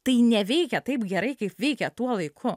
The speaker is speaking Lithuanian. tai neveikia taip gerai kaip veikė tuo laiku